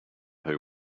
who